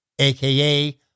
aka